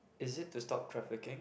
is it to stop trafficking